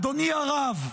אדוני הרב,